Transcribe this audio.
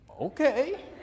Okay